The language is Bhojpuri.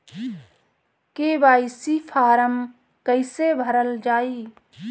के.वाइ.सी फार्म कइसे भरल जाइ?